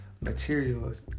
materials